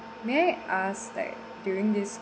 may I ask that during this